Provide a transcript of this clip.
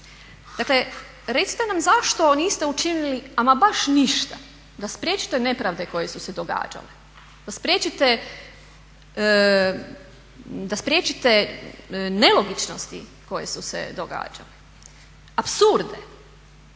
Dakle recite nam zašto niste učinili ama baš ništa da spriječite nepravde koje su se događale, da spriječite nelogičnosti koje su se događale, apsurde.